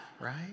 right